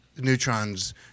Neutron's